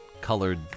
colored